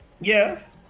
Yes